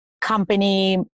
company